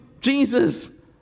Jesus